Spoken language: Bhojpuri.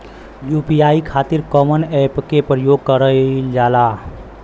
यू.पी.आई खातीर कवन ऐपके प्रयोग कइलजाला?